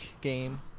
game